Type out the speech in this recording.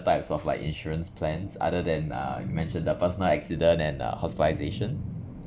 types of like insurance plans other than uh you mentioned the personal accident and uh hospitalisation